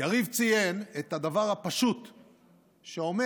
יריב ציין את הדבר הפשוט שאומר: